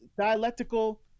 dialectical